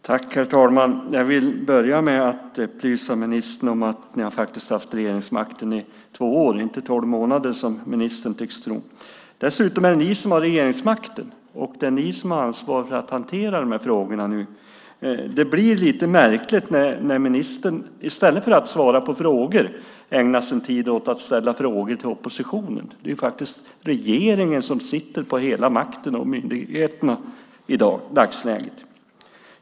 Herr talman! Jag vill börja med att upplysa ministern om att de haft regeringsmakten i två år, inte tolv månader, som ministern tycks tro. Dessutom är det ni, försvarsministern, som har regeringsmakten och därmed också ansvaret för att nu hantera dessa frågor. Det blir lite märkligt när ministern, i stället för att svara på frågor, ägnar sin tid åt att ställa frågor till oppositionen. Det är faktiskt regeringen som sitter på hela makten och myndigheterna i dagsläget.